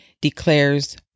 declares